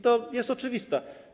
To jest oczywiste.